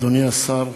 אדוני השר,